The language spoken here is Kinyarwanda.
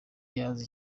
yaza